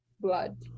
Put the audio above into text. blood